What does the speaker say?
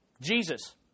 Jesus